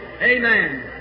Amen